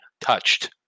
touched